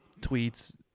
tweets